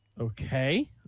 Okay